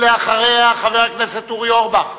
ואחריה, חבר הכנסת אורי אורבך.